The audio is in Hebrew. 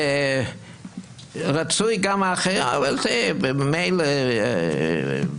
אפשר לחיות עם זה, אבל אני לא מבין את